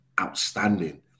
outstanding